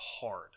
hard